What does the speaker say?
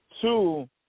Two